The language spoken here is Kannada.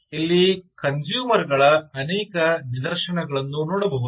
ಇಲ್ಲಿ ಕನ್ಸೂಮರ್ ಗಳ ಅನೇಕ ನಿದರ್ಶನಗಳನ್ನು ನೋಡಬಹುದು